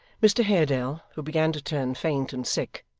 mr haredale, who began to turn faint and sick,